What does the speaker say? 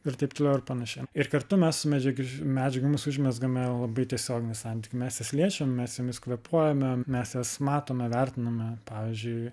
ir taip toliau ir panašiai ir kartu mes medžiagi medžiagomis užmezgame labai tiesioginį santykį mes jas liečiam mes jomis kvėpuojame mes jas matome vertiname pavyzdžiui